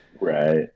right